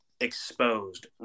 exposed